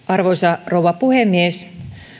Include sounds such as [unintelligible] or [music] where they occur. [unintelligible] arvoisa rouva puhemies